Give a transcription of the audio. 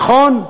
נכון?